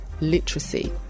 literacy